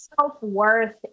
Self-worth